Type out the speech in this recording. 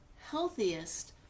healthiest